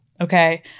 Okay